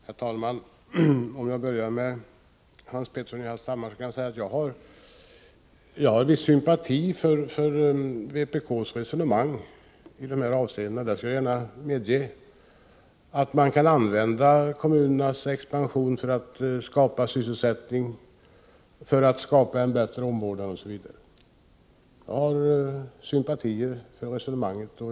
Herr talman! Jag skall börja med att bemöta Hans Petersson i Hallstahammar. Jag kan säga att jag har vissa sympatier för vpk:s resonemang i detta avseende. Det kan jag gärna medge. Man kan använda kommunernas expansion för att skapa sysselsättning, för att förbättra omvårdnaden, osv.